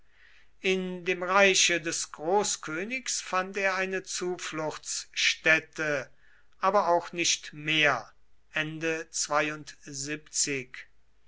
in dem reiche des großkönigs fand er eine zufluchtsstätte aber auch nicht mehr